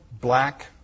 black